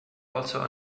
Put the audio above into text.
also